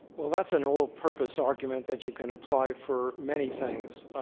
well, that's an all-purpose argument that you can apply for many things.